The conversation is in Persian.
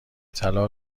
طلا